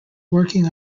working